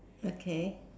okay